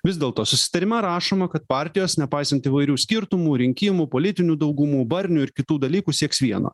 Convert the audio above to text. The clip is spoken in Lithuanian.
vis dėlto susitarime rašoma kad partijos nepaisant įvairių skirtumų rinkimų politinių daugumų barnių ir kitų dalykų sieks vieno